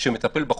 שמטפל בחוקים,